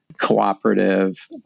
cooperative